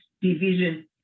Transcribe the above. Division